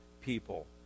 people